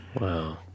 Wow